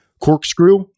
Corkscrew